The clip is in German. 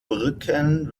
brücken